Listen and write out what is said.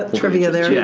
trivia there. yeah